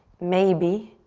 maybe,